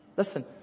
Listen